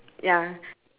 you know what the horses